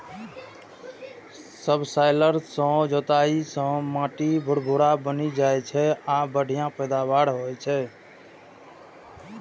subsoiler सं जोताइ सं माटि भुरभुरा बनि जाइ छै आ बढ़िया पैदावार होइ छै